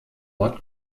ort